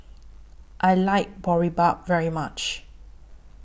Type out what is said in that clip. I like Boribap very much